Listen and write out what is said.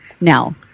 now